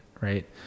right